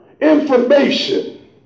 information